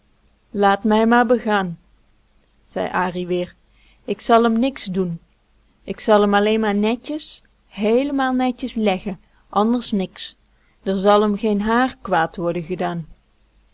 laat mijn maar begaan zei an weer ik zal m niks doen k zal m alleen maar netjes heelemaal netjes leggen anders niks d'r zal m geen haar kwaad worden gedaan